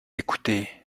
écouter